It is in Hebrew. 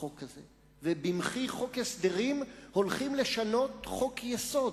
בחוק הזה, במחי חוק הסדרים הולכים לשנות חוק-יסוד.